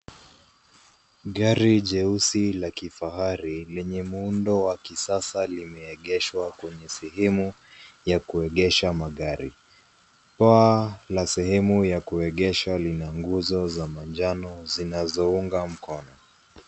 Gari jeusi la kifahari lenye muundo wa kisasa limeegeshwa kwenye sehemu ya kuegesha magari. Paa la sehemu ya kuegesha lina nguzo za manjano zinazounga mkono.